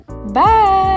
Bye